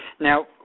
Now